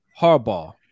harbaugh